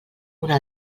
una